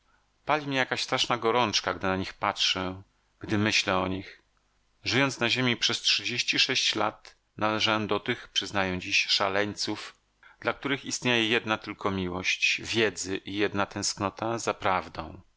mnie jakaś straszna gorączka gdy na nich patrzę gdy myślę o nich żyjąc na ziemi przez trzydzieści sześć lat należałem do tych przyznaję dziś szaleńców dla których istnieje jedna tylko miłość wiedzy i jedna tęsknota